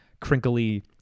crinkly